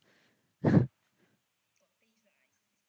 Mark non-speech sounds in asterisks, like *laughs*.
*laughs*